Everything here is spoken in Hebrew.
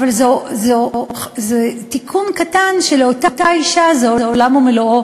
אבל זה תיקון קטן שלאותה אישה הוא עולם ומלואו,